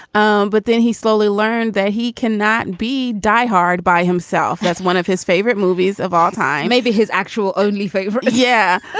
um but then he slowly learned that he cannot be diehard by himself. that's one of his favorite movies of all time. maybe his actual only favorite. like yeah.